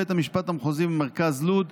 בית המשפט המחוזי במרכז לוד,